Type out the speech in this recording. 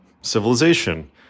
civilization